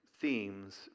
themes